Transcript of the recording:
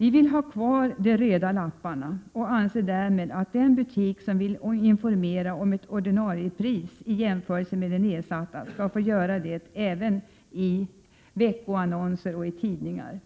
Vi vill ha kvar de röda lapparna och anser därmed att den butik som vill informera om ett ordinarie pris i jämförelse med det nedsatta skall få göra det även i veckoannonser och tidningar.